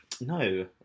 No